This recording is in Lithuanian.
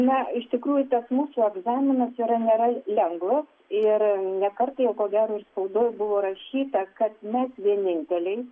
na iš tikrųjų tas mūsų egzaminas yra nėra lengvas ir ne kartą jau ko gero ir spaudoj buvo rašyta kad mes vieninteliai